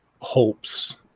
hopes